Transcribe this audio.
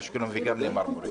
אשקלון וגם מרמורק,